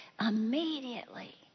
Immediately